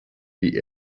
die